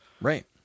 Right